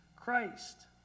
Christ